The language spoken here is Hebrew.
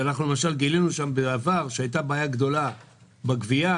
אנחנו גילינו שם בעבר שהייתה בעיה גדולה בגבייה,